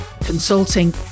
consulting